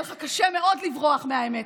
ויהיה לך קשה מאוד לברוח מהאמת,